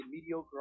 mediocre